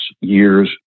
years